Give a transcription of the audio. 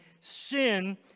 sin